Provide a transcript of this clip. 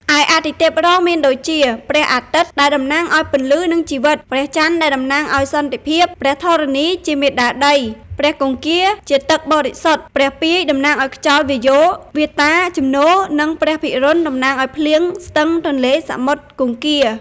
ឯអាទិទេពរងមានដូចជា ព្រះអាទិត្យ ដែលតំណាងឲ្យពន្លឺនិងជីវិត, ព្រះចន្ទដែលតំណាងឲ្យសន្តិភាព, ព្រះធរណីជាមាតាដី, ព្រះគង្គាជាទឹកបរិសុទ្ធ, ព្រះពាយតំណាង ខ្យល់ វាយោ វាតា ជំនោរ និងព្រះភិរុណ តំណាង ភ្លៀង ស្ទឹង ទន្លេ សមុទ្រ គង្គា។